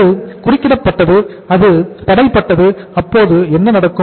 அது குறிக்கிடப்பட்டது அது தடைபட்டது அப்போது என்ன நடக்கும்